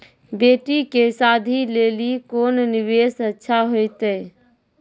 बेटी के शादी लेली कोंन निवेश अच्छा होइतै?